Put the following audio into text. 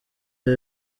ibi